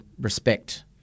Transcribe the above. respect